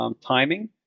timing